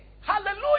hallelujah